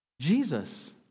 Jesus